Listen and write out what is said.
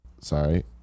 Sorry